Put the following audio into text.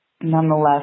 nonetheless